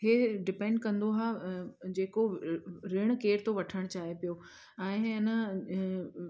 इहो डिपेंड कंदो हा जेको रिण केरु थो वठणु चाहे पियो ऐं हिन